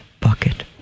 Bucket